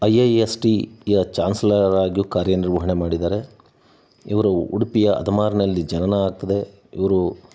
I I S ಟಿಯ ಚಾನ್ಸೂಲರಾಗಿಯೂ ಕಾರ್ಯನಿರ್ವಹಣೆ ಮಾಡಿದ್ದಾರೆ ಇವರು ಉಡುಪಿಯ ಅದಮಾರ್ನಲ್ಲಿ ಜನನ ಆಗ್ತದೆ